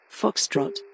Foxtrot